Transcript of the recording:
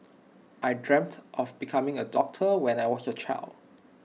I dreamt of becoming A doctor when I was A child